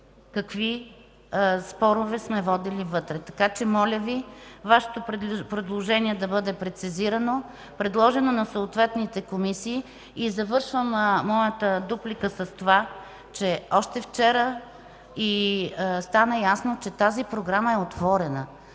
какви спорове сме водили вътре. Моля Ви Вашето предложение да бъде прецизирано и предложено на съответните комисии. Завършвам моята дуплика със следното. Още вчера стана ясно, че тази Програма е отворена